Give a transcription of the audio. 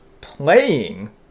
playing